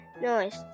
noise